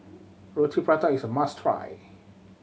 Roti Prata is a must try